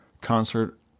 concert